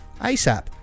ASAP